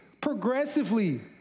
progressively